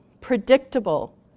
predictable